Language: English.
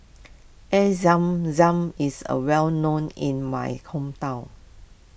Air Zam Zam is a well known in my hometown